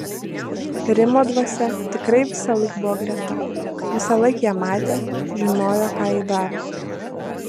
rimo dvasia tikrai visąlaik buvo greta visąlaik ją matė žinojo ką ji daro